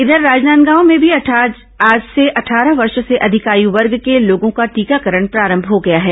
इधर राजनांदगांव में भी आज से अट्ठारह वर्ष से अधिक आयु वर्ग के लोगों का टीकाकरण प्रारंभ हो गया है